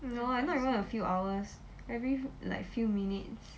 no I'm not even a few hours every like few minutes